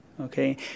okay